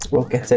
okay